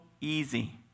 easy